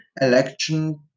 election